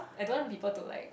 I don't want to people to like